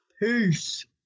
Peace